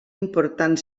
important